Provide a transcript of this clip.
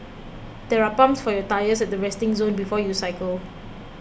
there are pumps for your tyres at the resting zone before you cycle